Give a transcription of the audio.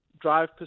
drive